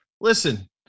Listen